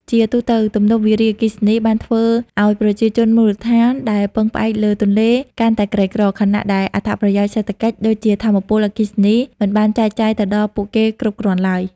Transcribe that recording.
ជាទូទៅ ទំនប់វារីអគ្គិសនីបានធ្វើឱ្យប្រជាជនមូលដ្ឋានដែលពឹងផ្អែកលើទន្លេកាន់តែក្រីក្រ ខណៈដែលអត្ថប្រយោជន៍សេដ្ឋកិច្ច ដូចជាថាមពលអគ្គិសនី មិនបានចែកចាយទៅដល់ពួកគេគ្រប់គ្រាន់ឡើយ។